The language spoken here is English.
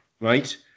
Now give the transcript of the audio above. right